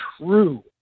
true